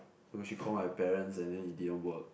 so she call my parents and then it didn't work